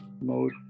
mode